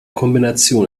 kombination